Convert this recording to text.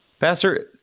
Pastor